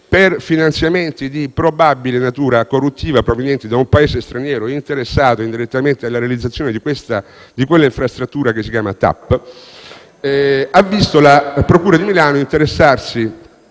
per finanziamenti di probabile natura corruttiva provenienti da un Paese straniero interessato indirettamente alla realizzazione di quella infrastruttura che si chiama TAP. La procura di Milano si è interessata